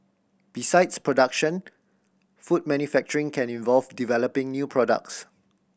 besides production food manufacturing can involve developing new products